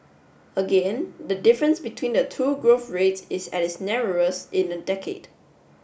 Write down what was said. again the difference between the two growth rates is at its narrowest in a decade